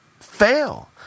fail